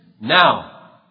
Now